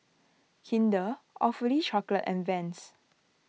Kinder Awfully Chocolate and Vans